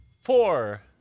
Four